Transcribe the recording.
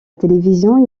télévision